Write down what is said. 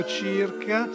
circa